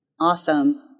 Awesome